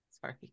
sorry